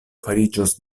fariĝos